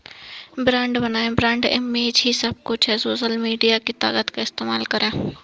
brand बनाएं, brand image ही सब कुछ है, सोशल मीडिया की ताकत का इस्तेमाल करें